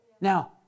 Now